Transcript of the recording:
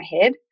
head